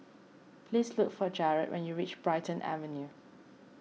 please look for Jarrod when you reach Brighton Avenue